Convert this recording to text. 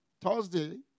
Thursday